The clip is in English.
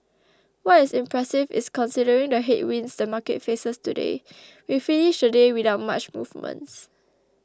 what is impressive is considering the headwinds the market faces today we finished the day without much movements